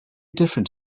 different